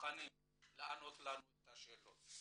מוכנים לענות לנו על השאלות.